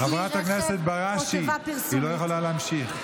חברת הכנסת בראשי, היא לא יכולה להמשיך.